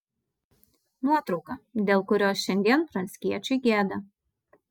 nuotrauka dėl kurios šiandien pranckiečiui gėda